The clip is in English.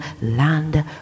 Land